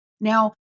Now